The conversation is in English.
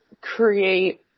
create